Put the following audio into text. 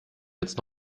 jetzt